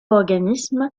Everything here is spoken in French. organismes